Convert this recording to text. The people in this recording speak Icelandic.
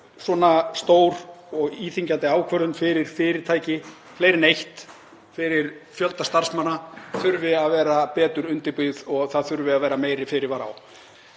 svona stór og íþyngjandi ákvörðun fyrir fyrirtæki, fleiri en eitt, og fyrir fjölda starfsmanna þurfi að vera betur undirbyggð og það þurfi að vera meiri fyrirvari á.